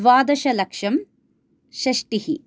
द्वादशलक्षं षष्टिः